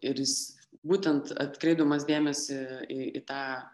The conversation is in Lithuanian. ir jis būtent atkreipdamas dėmesį į į tą